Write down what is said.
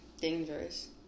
dangerous